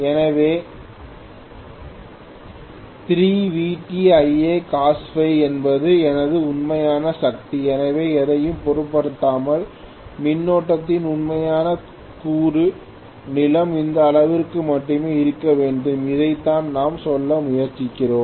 எனவே3VtIacos என்பது எனது உண்மையான சக்தி எனவே எதையும் பொருட்படுத்தாமல் மின்னோட்டத்தின் உண்மையான கூறு நீளம் இந்த அளவுக்கு மட்டுமே இருக்க வேண்டும் அதைத்தான் நாம் சொல்ல முயற்சிக்கிறோம்